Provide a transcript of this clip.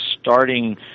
starting